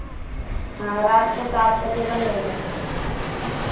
हाँ रात को सात बजे बंद हो जाती है